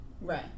Right